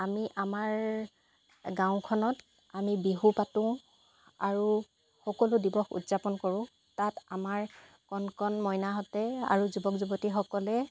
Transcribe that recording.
আমি আমাৰ গাঁওখনত আমি বিহু পাতোঁ আৰু সকলো দিৱস উদযাপন কৰোঁ তাত আমাৰ কণ কণ মইনাহঁতে আৰু যুৱক যুৱতীসকলে